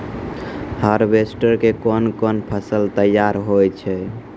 Harvester के कोन कोन फसल तैयार होय छै?